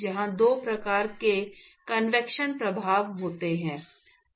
जहां 2 प्रकार के कन्वेक्शन प्रभाव होते हैं